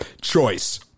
choice